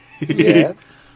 Yes